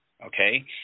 okay